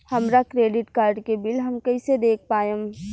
हमरा credit card के bill हम कइसे देख पाएम?